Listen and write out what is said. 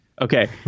Okay